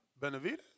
Benavides